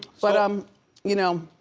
but, um you know,